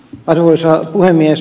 arvoisa puhemies